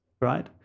right